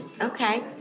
Okay